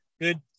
Good